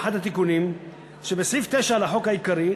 באחד התיקונים של סעיף 9 לחוק העיקרי,